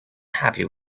happy